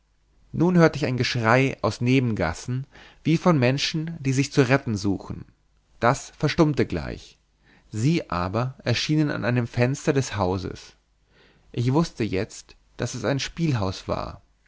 nun hörte ich ein geschrei aus nebengassen wie von menschen die sich zu retten suchen das verstummte gleich sie aber erschienen an einem fenster des hauses ich wußte jetzt daß es ein spielhaus war